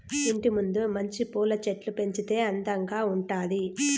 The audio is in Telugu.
ఇంటి ముందు మంచి పూల చెట్లు పెంచితే అందంగా ఉండాది